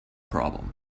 problem